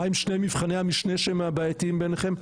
מה הם שני מבחני המשנה שהם הבעייתיים בעיניכם?